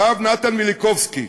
הרב נתן מיליקובסקי,